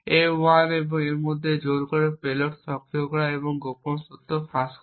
a 1 এবং এর মাধ্যমে জোর করে পেলোড সক্রিয় করা এবং গোপন তথ্য ফাঁস করা